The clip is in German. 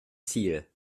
ziel